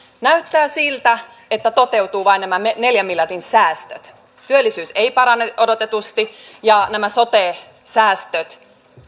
näyttää siltä että toteutuu vain nämä neljän miljardin säästöt työllisyys ei parane odotetusti ja nämä sote säästöt